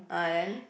ah then